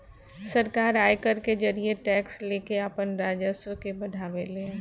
सरकार आयकर के जरिए टैक्स लेके आपन राजस्व के बढ़ावे ले